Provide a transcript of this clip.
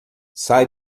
sai